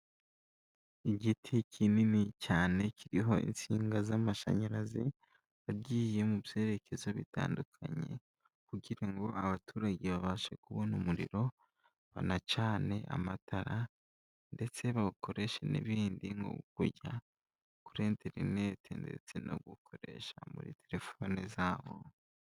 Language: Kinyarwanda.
Igiti kinini cyane kiriho insinga z'amashanyarazi, agiye mu byerekezo bitandukanye kugira ngo abaturage babashe kubona umuriro, banacane amatara ndetse bawukoreshe n'ibindi nko kujya kuri interineti ndetse no gukoresha muri telefoni zabo.